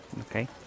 Okay